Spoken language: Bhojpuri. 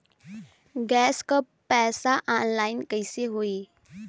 गैस क पैसा ऑनलाइन कइसे होई?